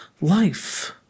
life